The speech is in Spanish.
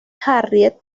harriet